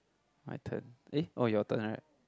my turn eh oh your turn right